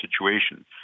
situation